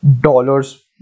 dollars